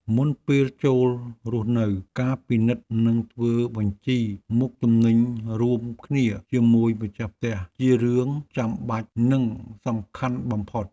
មុនពេលចូលរស់នៅការពិនិត្យនិងធ្វើបញ្ជីមុខទំនិញរួមគ្នាជាមួយម្ចាស់ផ្ទះជារឿងចាំបាច់និងសំខាន់បំផុត។